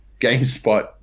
GameSpot